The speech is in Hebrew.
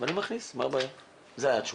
זאת הייתה התשובה.